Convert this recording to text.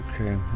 Okay